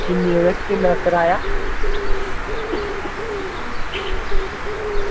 किन्ना किराया